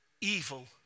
evil